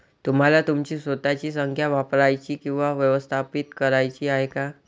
तुम्हाला तुमची स्वतःची संख्या वापरायची किंवा व्यवस्थापित करायची आहे का?